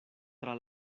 tra